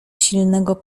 silnego